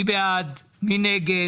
מי בעד, מי נגד?